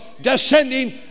descending